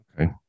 Okay